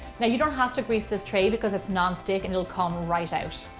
now you don't have to grease this tray because it's nonstick and it'll come right out.